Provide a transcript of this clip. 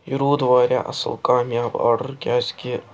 یہِ روٗد وارِیاہ اصٕل کامیاب آرڈر کیٛازِ کہِ